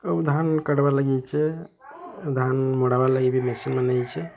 ସବୁ ଧାନ କାଟିବାର ଲାଗି ହେଇଛେ ଧାନ ମଡ଼ାମା ଲାଗି ବି ମେସିନ୍ମାନେ ହେଇଛେ